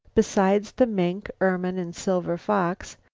besides the mink, ermine and silver fox,